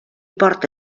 porta